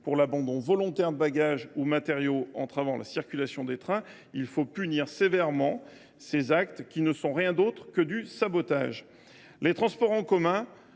cas d’abandon volontaire de bagages ou de matériaux qui entravent la circulation des trains. Il faut punir sévèrement ces actes qui ne sont rien d’autre que du sabotage. Les transports en commun